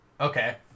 Okay